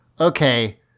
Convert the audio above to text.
okay